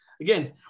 again